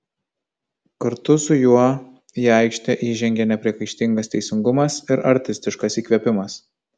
kartu su juo į aikštę įžengė nepriekaištingas teisingumas ir artistiškas įkvėpimas